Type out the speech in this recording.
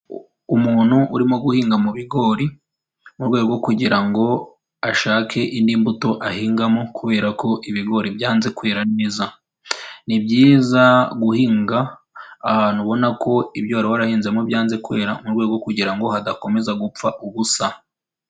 Umuntu urimo guhinga mu bigori mu rwego rwo kugira ngo ashake indi mbuto ahingamo, kubera ko ibigori byanze kwera neza. Ni byiza guhinga ahantu ubona ko ibyo wari warahinzemo byanze kwera mu rwego rwo kugira ngo hadakomeza gupfa ubusa.